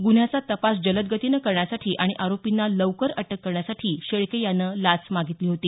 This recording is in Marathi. गुन्ह्याचा तपास जलदगतीनं करण्यासाठी आणि आरोपींना लवकर अटक करण्यासाठी शेळके यानं लाच मागितली होती